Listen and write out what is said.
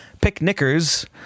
Picnickers